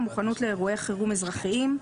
מוכנות לאירועי חירום אזרחיים,